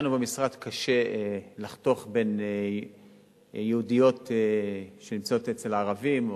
לנו במשרד קשה לחתוך בין יהודיות שנמצאות אצל ערבים,